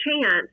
chance